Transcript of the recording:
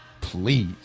Please